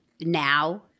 now